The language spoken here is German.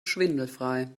schwindelfrei